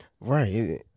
right